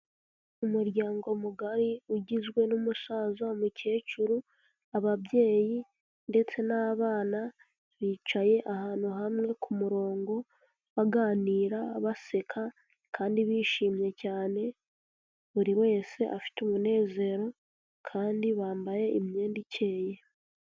Umuryango mugari, ugizwe n'umusaza, umukecuru, ababyeyi ndetse n'abana, bicaye ahantu hamwe ku murongo, baganira, baseka kandi bishimye cyane, buri wese afite umunezero, kandi bambaye imyenda ikeye.